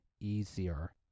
easier